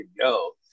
go